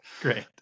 great